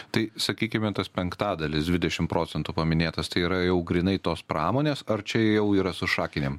tai sakykime tas penktadalis dvidešim procentų paminėtas tai yra jau grynai tos pramonės ar čia jau yra su šakinėm